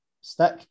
stick